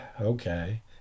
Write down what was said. okay